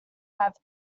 have